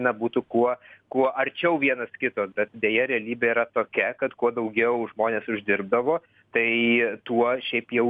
na būtų kuo kuo arčiau vienas kito bet deja realybė yra tokia kad kuo daugiau žmonės uždirbdavo tai tuo šiaip jau